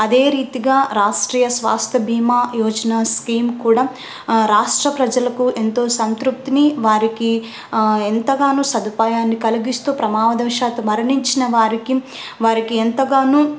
అదే రీతిగా రాష్ట్రీయ స్వస్థ బీమా యోజన స్కీమ్ కూడా రాష్ట్ర ప్రజలకు ఎంతో సంతృప్తిని వారికి ఎంతగానో సదుపాయాన్ని కలిగిస్తూ ప్రమాదవశాత్తు మరణించిన వారికి వారికి ఎంతగానో